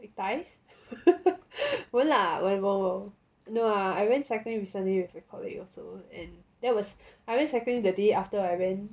wait thighs won't lah won't won't no lah I went cycling recently with my colleague also and that was I went cycling the day after I went